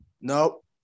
Nope